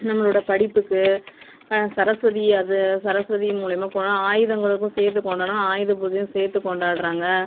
நம்மளோட படிப்புக்கு சரஸ்வதி அது சரஸ்வதி மூலிமாக ஆயுதங்களுக்கும் சேர்த்து கொண்டாட் ஆயுத பூஜையும் சேர்த்து கொண்டாடுறாங்க